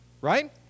Right